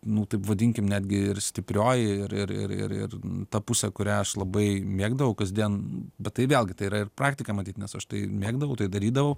nu taip vadinkim netgi ir stiprioji ir ir ir ir ir ta pusė kurią aš labai mėgdavau kasdien bet tai vėlgi tai yra ir praktika matyt nes aš tai mėgdavau tai darydavau